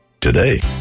Today